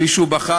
כפי שהוא בחר,